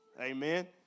Amen